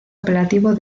apelativo